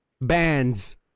Bands